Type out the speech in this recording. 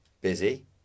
busy